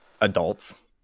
adults